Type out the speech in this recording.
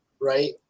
right